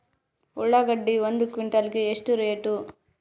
ಉಳ್ಳಾಗಡ್ಡಿ ಒಂದು ಕ್ವಿಂಟಾಲ್ ಗೆ ಎಷ್ಟು ರೇಟು?